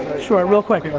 sure, real quick.